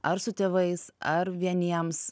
ar su tėvais ar vieniems